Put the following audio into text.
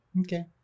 okay